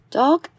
Dog